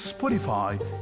Spotify